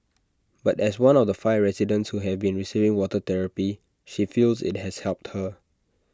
but as one of the five residents who have been receiving water therapy she feels IT has helped her